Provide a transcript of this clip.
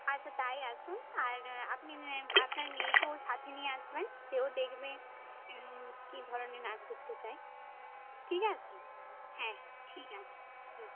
আচ্ছা তাই আসুন আর আপনি আপনার মেয়েকেও সাথে নিয়ে আসবেন সেও দেখবে কী ধরনের নাচ শিখতে চায় ঠিক আছে হ্যাঁ ঠিক আছে হুম